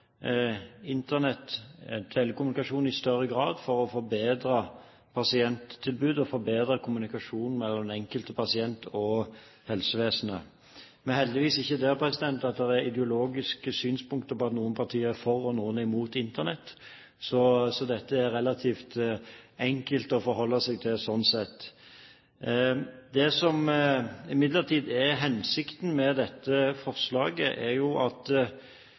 Internett, telekommunikasjon, i større grad for å forbedre pasienttilbudet og forbedre kommunikasjonen mellom den enkelte pasient og helsevesenet. Vi er heldigvis ikke der at det er ulike ideologiske synspunkter, at noen partier er for og noen er imot Internett. Så dette er relativt enkelt å forholde seg til sånn sett. Det som imidlertid er hensikten med dette forslaget fra Høyres side – det er